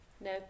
No